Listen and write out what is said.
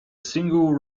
single